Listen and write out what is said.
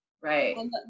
Right